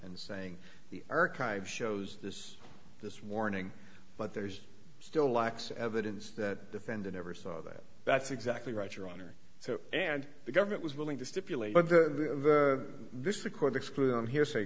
and saying the archive shows this this warning but there's still lacks evidence that defendant ever saw that that's exactly right your honor so and the government was willing to stipulate but the this record excluded on hearsay